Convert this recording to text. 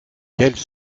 quels